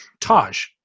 Taj